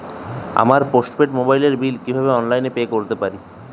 আমার postpaid মোবাইলের bill কীভাবে অনলাইনে পে করতে পারি?